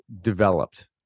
developed